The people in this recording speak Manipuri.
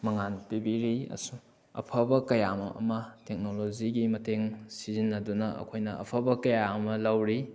ꯃꯉꯥꯟ ꯄꯤꯕꯤꯔꯤ ꯑꯐꯕ ꯀꯌꯥꯃꯔꯨꯝ ꯑꯃ ꯇꯦꯛꯅꯣꯂꯣꯖꯤꯒꯤ ꯃꯇꯦꯡ ꯁꯤꯖꯤꯟꯅꯗꯨꯅ ꯑꯩꯈꯣꯏꯅ ꯑꯐꯕ ꯀꯌꯥ ꯑꯃ ꯂꯧꯔꯤ